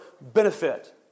benefit